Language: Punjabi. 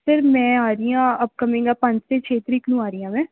ਸਰ ਮੈਂ ਆ ਰਹੀ ਹਾਂ ਅਪਕਮਿੰਗ ਆਹ ਪੰਜ ਅਤੇ ਛੇ ਤਾਰੀਕ ਨੂੰ ਆ ਰਹੀ ਹਾਂ ਮੈਂ